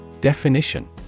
Definition